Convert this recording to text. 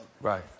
right